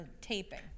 taping